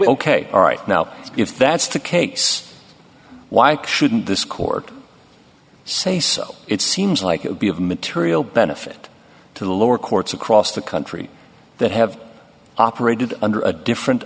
ok all right now if that's the case why shouldn't this court i say so it seems like it would be of material benefit to the lower courts across the country that have operated under a different